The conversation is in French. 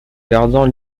gardant